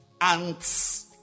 ants